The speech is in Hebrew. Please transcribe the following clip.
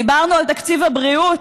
דיברנו על תקציב הבריאות,